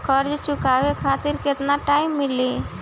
कर्जा चुकावे खातिर केतना टाइम मिली?